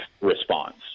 response